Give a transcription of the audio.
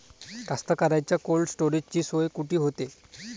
कास्तकाराइच्या कोल्ड स्टोरेजची सोय कुटी होते?